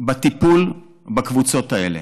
בטיפול בקבוצות האלה.